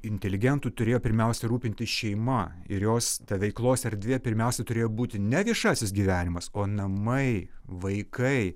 inteligentų turėjo pirmiausia rūpintis šeima ir jos ta veiklos erdvė pirmiausia turėjo būti ne viešasis gyvenimas o namai vaikai